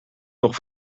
nog